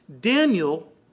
Daniel